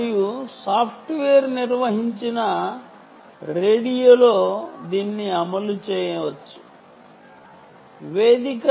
మరియు open source చేసి software నిర్వచించిన రేడియోలో దీన్ని అమలు చేయవచ్చు